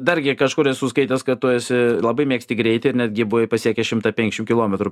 dargi kažkur esu skaitęs kad tu esi labai mėgsti greitį ir netgi buvai pasiekęs šimtą penkiasdešim kilometrų